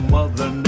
Mother